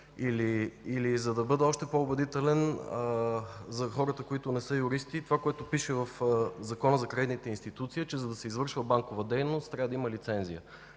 За да бъда още по-убедителен за хората, които не са юристи, това, което пише в Закона за кредитните институции е, че, за да се извършва банкова дейност, трябва да има лицензия.